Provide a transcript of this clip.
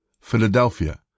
Philadelphia